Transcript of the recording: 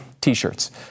T-shirts